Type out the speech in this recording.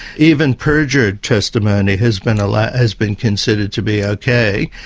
even perjured testimony has been allowed. has been considered to be okay,